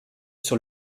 sur